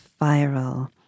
viral